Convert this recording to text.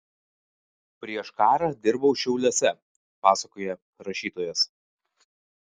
prieš karą dirbau šiauliuose pasakoja rašytojas